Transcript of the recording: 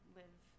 live